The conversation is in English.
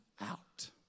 out